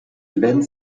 event